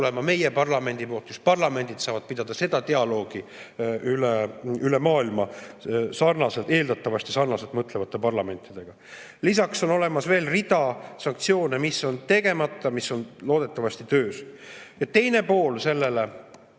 tulema meie parlamendi poolt. Just parlamendid saavad pidada seda dialoogi üle maailma eeldatavasti sarnaselt mõtlevate parlamentidega. Lisaks on olemas veel rida sanktsioone, mis on tegemata, aga mis on loodetavasti töös. Teine pool seejuures